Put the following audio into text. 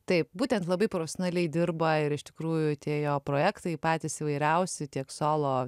taip būtent labai profesionaliai dirba ir iš tikrųjų tie jo projektai patys įvairiausi tiek solo